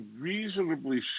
reasonably